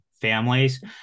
families